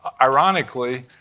Ironically